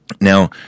Now